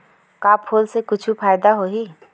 का फूल से कुछु फ़ायदा होही?